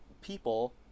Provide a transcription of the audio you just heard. people